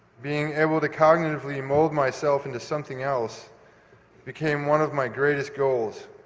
being able to cognitively mould myself into something else became one of my greatest goals,